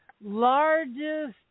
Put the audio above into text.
largest